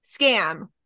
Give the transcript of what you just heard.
scam